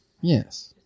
Yes